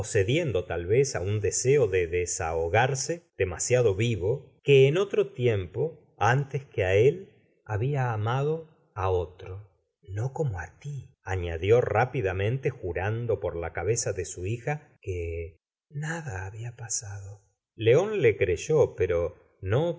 cediendo tal vez á un deseo de desahogarse demasiado vivo que en otro tiempo antes que á él babia amado á otro no como á ti añadió rápidamente jurando por la cabeza de su hija que nada habia pasado t león la creyó pero no